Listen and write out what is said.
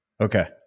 Okay